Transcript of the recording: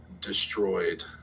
destroyed